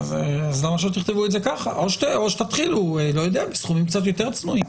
למה שלא תכתבו את זה ככה או שתתחילו בסכומים יותר צנועים?